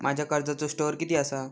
माझ्या कर्जाचो स्कोअर किती आसा?